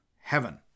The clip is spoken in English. heaven